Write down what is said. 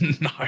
No